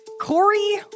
Corey